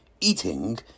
eating